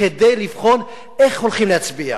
כדי לבחון איך הולכים להצביע.